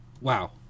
wow